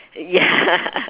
ya